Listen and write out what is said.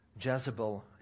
Jezebel